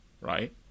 right